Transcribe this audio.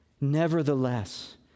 Nevertheless